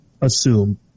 assume